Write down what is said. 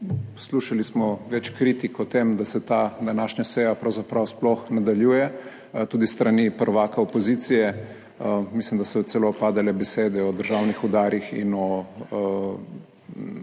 Poslušali smo več kritik o tem, da se ta današnja seja pravzaprav sploh nadaljuje, tudi s strani prvaka opozicije mislim, da so celo padale besede o državnih udarih in o